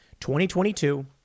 2022